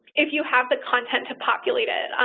if you have the content to populate it.